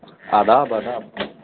آداب آداب